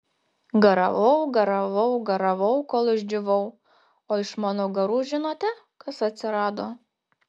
garavau garavau garavau kol išdžiūvau o iš mano garų žinote kas atsirado